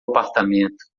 apartamento